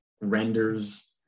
renders